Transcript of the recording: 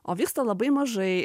o vyksta labai mažai